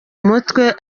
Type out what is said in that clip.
mutwe